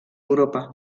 europa